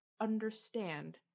understand